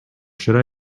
should